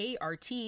ART